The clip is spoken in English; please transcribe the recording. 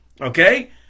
Okay